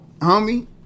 homie